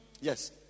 Yes